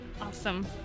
Awesome